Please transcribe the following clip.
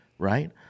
Right